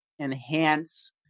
Enhance